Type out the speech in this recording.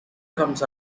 comes